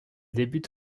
débute